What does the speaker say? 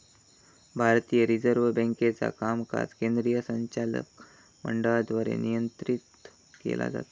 भारतीय रिझर्व्ह बँकेचा कामकाज केंद्रीय संचालक मंडळाद्वारे नियंत्रित केला जाता